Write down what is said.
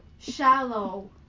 shallow